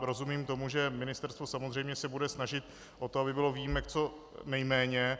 Rozumím tomu, že ministerstvo se samozřejmě bude snažit o to, aby bylo výjimek co nejméně.